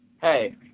Hey